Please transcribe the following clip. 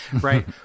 right